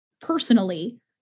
personally